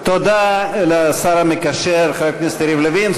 תודה לשר המקשר חבר הכנסת יריב לוין.